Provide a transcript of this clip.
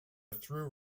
through